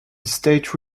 state